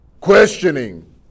Questioning